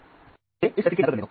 मुझे इस सर्किट की नकल करने दो